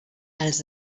els